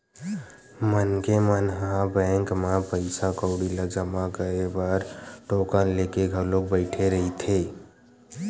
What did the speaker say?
मनखे मन ह बैंक म पइसा कउड़ी ल जमा करे बर टोकन लेके घलोक बइठे रहिथे